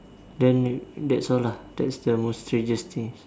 then that's all lah that's the most strangest things